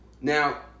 Now